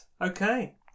Okay